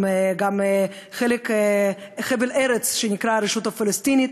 עם חבל ארץ שנקרא הרשות הפלסטינית,